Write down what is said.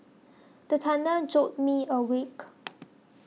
the thunder jolt me awake